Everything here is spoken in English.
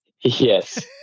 Yes